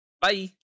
Bye